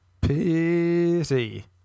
Pity